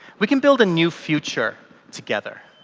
we can build a new future together.